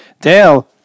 Dale